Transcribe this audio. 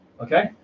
Okay